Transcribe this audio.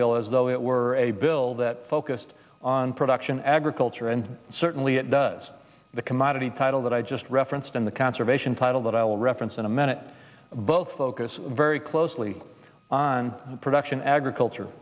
bill as though it were a bill that focused on production agriculture and certainly it does the commodity title that i just referenced in the conservation title that i will reference in a minute both focus very closely on production agriculture